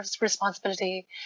responsibility